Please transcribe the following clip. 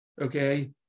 okay